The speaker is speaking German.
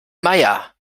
meier